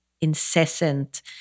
incessant